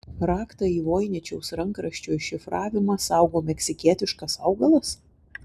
raktą į voiničiaus rankraščio iššifravimą saugo meksikietiškas augalas